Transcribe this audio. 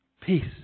Peace